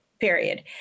period